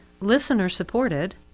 listener-supported